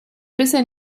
bisher